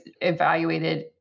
evaluated